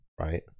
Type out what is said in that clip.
right